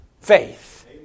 Faith